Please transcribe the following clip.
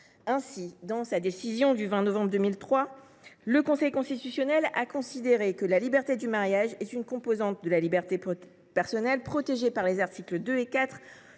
peu ! Dans sa décision du 20 novembre 2003, le Conseil constitutionnel, considérant que la liberté du mariage est une composante de la liberté personnelle protégée par les articles 2 et 4